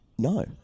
No